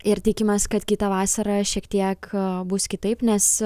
ir tikimės kad kitą vasarą šiek tiek bus kitaip nes